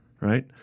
Right